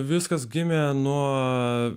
viskas gimė nuo